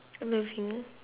uh loving